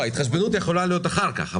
ההתחשבנות יכולה להיות אחר כך,